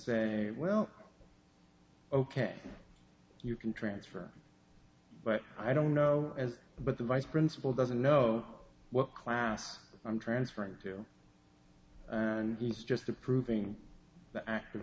say well ok you can transfer but i don't know as but the vice principal doesn't know what class i'm transferring to and he's just approving the act